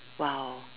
!wow!